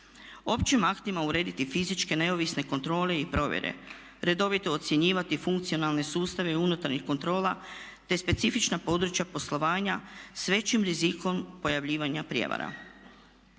Općim aktima urediti fizičke neovisne kontrole i provjere, redovito ocjenjivati funkcionalne sustave unutarnjih kontrola te specifična područja poslovanja s većim rizikom pojavljivanja prijevara.